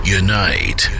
unite